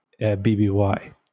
bby